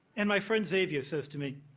and my friend, xavier, says to me,